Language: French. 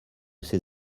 ces